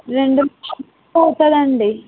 రెండు అవుతుందండి